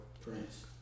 Prince